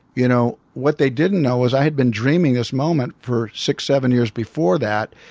you know what they didn't know was i had been dreaming this moment for six, seven years before that.